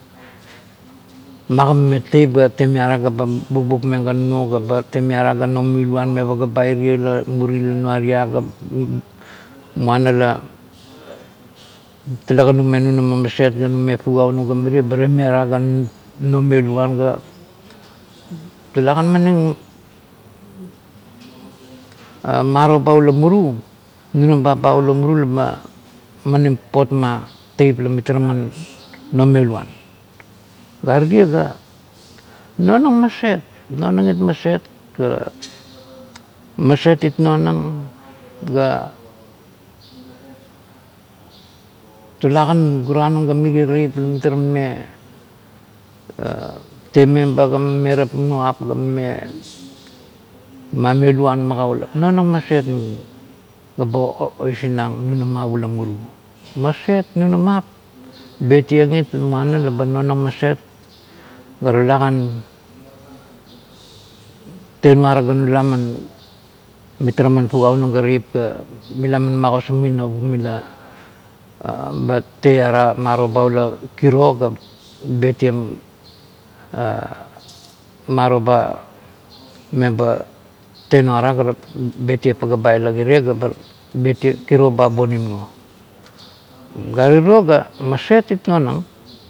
Magigameng teip ga temiara ga ba bukbak meng ga nunuo ga a temiara ga nomeluan me paga ba irie la muri la nuania ga muana la talekan name nunama maset ga nume fugaunung ga mirie, ba temiara ga nomeluan ga tulakan maning "ha" maro ba ula muru, nunamap ba ula muru la ba maning papot tiep la mitara man nomeluan, gare tie ga, nonang maset, nonang it maset ga, maset it nonang, ga tulakan gura nung ga mirie teip la mitara mame temeba ga mame tapnuap ga mame memeluan magaulap, nonang maset ga ba okinang nunamap ula muru, maset nunamap, betieng it la muana la ba nonang maset, ga tulakan tenuara ga nala man, mitara man fugaunung ga teip ga mila man magosarming navup mila, ba maro ba meba tenuara ga betieng paga pa ila kire, ga ba kuo ba bonim nao gare tiro ga maset